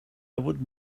would